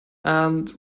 and